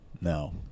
No